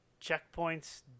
checkpoints